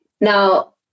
Now